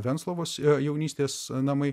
venclovos jaunystės namai